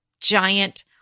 giant